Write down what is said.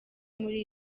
muri